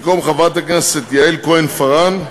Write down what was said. במקום חברת הכנסת יעל כהן-פארן,